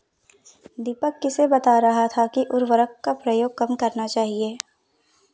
दीपक किसे बता रहा था कि उर्वरक का प्रयोग कम करना चाहिए?